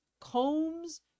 combs